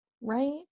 Right